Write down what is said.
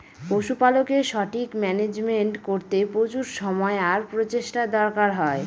পশুপালকের সঠিক মান্যাজমেন্ট করতে প্রচুর সময় আর প্রচেষ্টার দরকার হয়